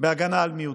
בהגנה על מיעוטים,